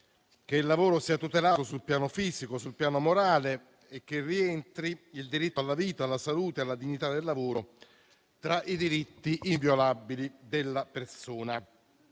che il lavoro sia tutelato sul piano fisico e sul piano morale e che il diritto alla vita, alla salute e alla dignità del lavoro rientri tra i diritti inviolabili della persona.